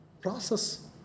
process